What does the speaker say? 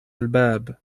الباب